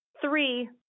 Three